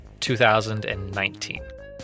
2019